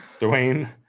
Dwayne